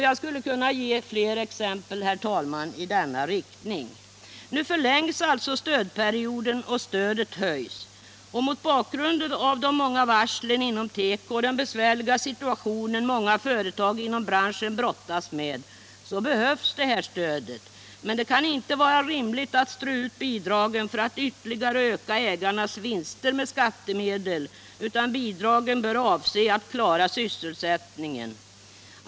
Jag skulle kunna ge fler exempel, herr talman, av det här slaget. Nu förlängs alltså stödperioden, och stödet ökas. Mot bakgrund av de många varslen inom teko och den besvärliga situation många företag inom branschen brottas med behövs detta stöd. Men det kan inte vara rimligt att strö ut bidrag för att ytterligare öka ägarnas vinster med skattemedel, utan avsikten med bidragen bör vara att man skall klara sysselsättningen.